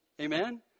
Amen